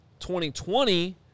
2020